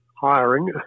hiring